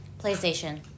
PlayStation